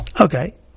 Okay